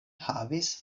havis